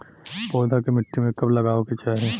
पौधा के मिट्टी में कब लगावे के चाहि?